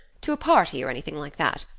to a party or anything like that.